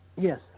yes